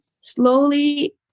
slowly